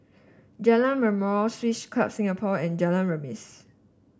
Jalan Mashhor Swiss Club Singapore and Jalan Remis